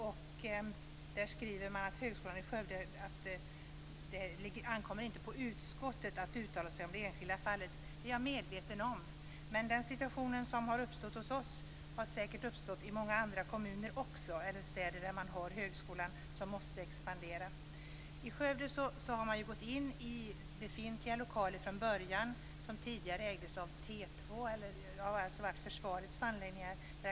Utskottet anser att det ankommer inte på utskottet att uttala sig om det enskilda fallet. Jag är medveten om det. Men den situation som har uppstått i Skövde har säkert också uppstått i andra kommuner med en expanderande högskola. I Skövde har befintliga lokaler som tidigare var försvarets anläggningar, T 2, använts.